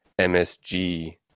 MSG